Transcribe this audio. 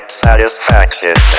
satisfaction